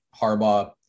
Harbaugh